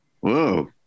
Whoa